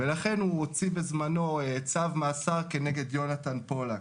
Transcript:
ולכן הוא הוציא בזמנו צו מעצר נגד יונתן פולק.